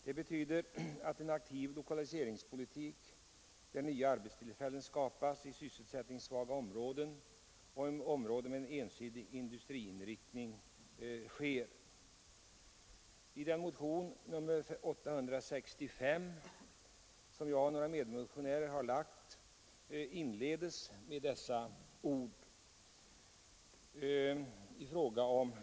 Det betyder att en aktiv lokaliseringspolitik där nya arbetstillfällen skapas i sysselsättningssvaga områden och i områden med en ensidig industriinriktning sker.” Motionen 85 angående lokalisering till Borås av industriverket, som jag och några medmotionärer framlagt inleds med dessa ord.